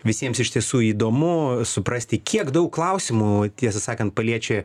visiems iš tiesų įdomu suprasti kiek daug klausimų tiesą sakant paliečia